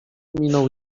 minął